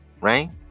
right